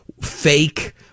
fake